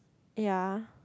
ya